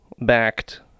backed